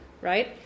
Right